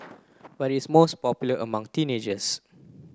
but it is most popular among teenagers